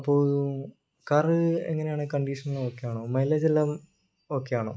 അപ്പോൾ കാർ എങ്ങനെയാണ് condition okay ആണോ മൈലേജ് എല്ലാം ഓക്കേ ആണോ